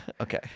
Okay